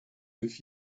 with